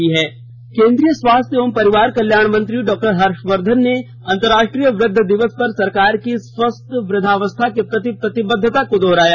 अंतर्राष्ट्रीय वृद्ध दिवस केन्द्रीय स्वास्थ्य एवं परिवार कल्याण मंत्री डॉक्टर हर्षवर्धन ने अंतर्राष्ट्रीय वृद्ध दिवस पर सरकार की स्वस्थ वृद्धावस्था के प्रति प्रतिबद्धता को दोहराया